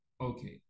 Okay